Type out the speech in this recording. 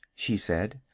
she said,